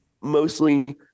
mostly